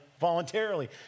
voluntarily